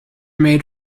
made